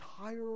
entire